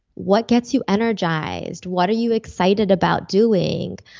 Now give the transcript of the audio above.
what gets you energized? what are you excited about doing?